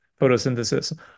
photosynthesis